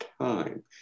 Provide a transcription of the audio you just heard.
time